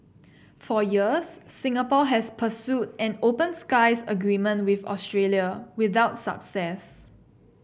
for years Singapore has pursued an open skies agreement with Australia without success